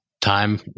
time